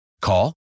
Call